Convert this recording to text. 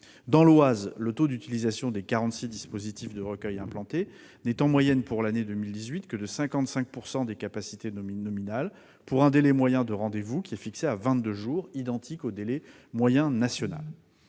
Dans l'Oise, le taux d'utilisation des 46 dispositifs de recueil implantés n'est, en moyenne pour l'année 2018, que de 55 % des capacités nominales, pour un délai moyen de rendez-vous de 22 jours, identique au délai moyen national.